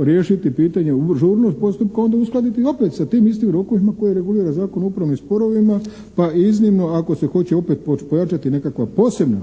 riješiti pitanje, žurnost postupka onda uskladiti opet sa tim istim rokovima koji reguliraju Zakon o upravnim sporovima pa iznimno ako se hoće opet pojačati nekakva posebna